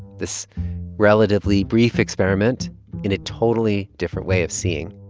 this relatively brief experiment in a totally different way of seeing